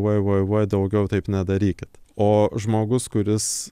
vai vai vai daugiau taip nedarykit o žmogus kuris